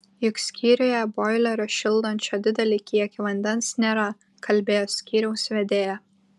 juk skyriuje boilerio šildančio didelį kiekį vandens nėra kalbėjo skyriaus vedėja